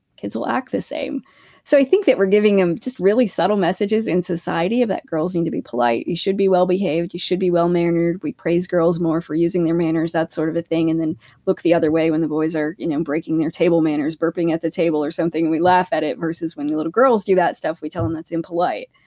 kids will act the same so i think that we're giving them just really subtle messages in society that girls need to be polite. you should be well-behaved, you should be well-mannered. we praise girls more for using their manners, that sort of thing, and then look the other way when the boys are you know breaking their table manners. burping at the table or something, and we laugh at it versus when little girls do that stuff, we tell them that's impolite.